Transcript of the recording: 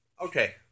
Okay